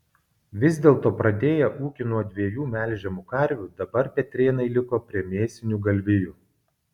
vis dėlto pradėję ūkį nuo dviejų melžiamų karvių dabar petrėnai liko prie mėsinių galvijų